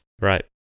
Right